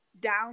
down